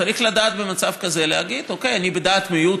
צריך לדעת במצב כזה להגיד: אוקיי, אני בדעת מיעוט.